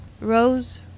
rose